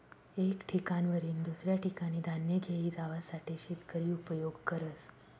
एक ठिकाणवरीन दुसऱ्या ठिकाने धान्य घेई जावासाठे शेतकरी उपयोग करस